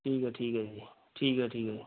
ਠੀਕ ਹੈ ਠੀਕ ਹੈ ਜੀ ਠੀਕ ਹੈ ਠੀਕ ਹੈ